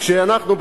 כשאנחנו,